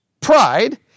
pride